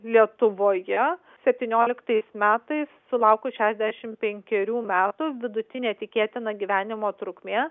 lietuvoje septynioliktais metais sulaukus šešiasdešimt penkerių metų vidutinė tikėtina gyvenimo trukmė